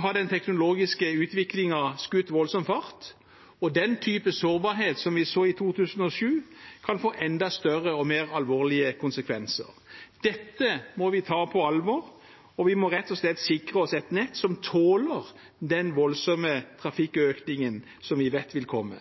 har den teknologiske utviklingen skutt voldsom fart, og den type sårbarhet som vi så i 2007, kan få enda større og mer alvorlige konsekvenser. Dette må vi ta på alvor, og vi må rett og slett sikre oss et nett som tåler den voldsomme trafikkøkningen som vi vet vil komme.